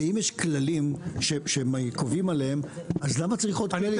אם יש כללים שהם קובעים אז למה צריך עוד כללים?